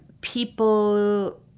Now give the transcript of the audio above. people